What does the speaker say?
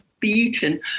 Beaten